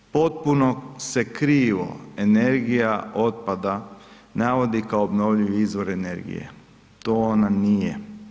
Potpuno se krivo energija otpada navodi kao obnovljivi izvor energije, to ona nije.